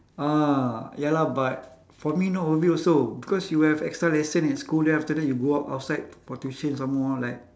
ah ya lah but for me not worth it also because you have extra lesson in school then after that you go out outside for tuition some more like